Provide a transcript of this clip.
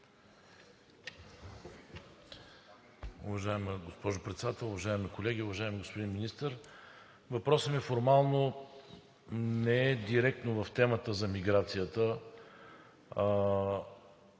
Уважаема госпожо Председател, уважаеми колеги! Уважаеми господин Министър, въпросът ми формално не е директно по темата за миграцията,